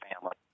family